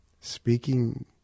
speaking